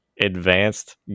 advanced